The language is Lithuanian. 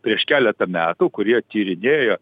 prieš keletą metų kurie tyrinėjo